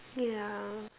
ya